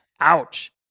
Ouch